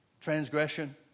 transgression